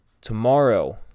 Tomorrow